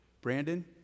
Brandon